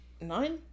nine